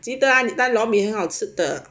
记得啊他的 lor mee 很好吃的